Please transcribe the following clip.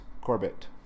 Corbett